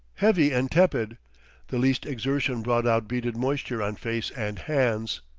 heavy and tepid the least exertion brought out beaded moisture on face and hands.